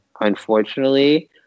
unfortunately